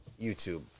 YouTube